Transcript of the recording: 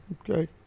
Okay